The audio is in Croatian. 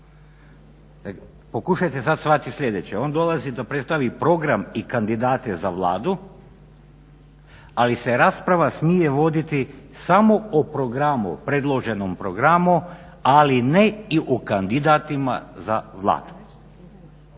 Pokušajte sada shvatiti sljedeće, on dolazi da predstavi program i kandidate za Vladu ali se rasprava smije voditi samo o programu predloženom programu ali ne i o kandidatima za Vladu.